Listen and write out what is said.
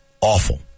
awful